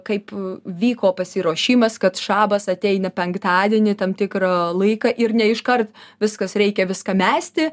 kaip vyko pasiruošimas kad šabas ateina penktadienį tam tikrą laiką ir ne iškart viskas reikia viską mesti